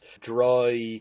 dry